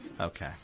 Okay